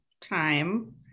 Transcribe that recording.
time